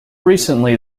recently